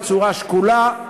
בצורה שקולה,